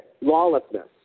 lawlessness